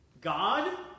God